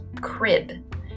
crib